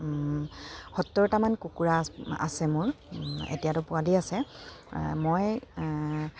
সত্তৰটামান কুকুৰা আছে মোৰ এতিয়াতো পোৱালি আছে মই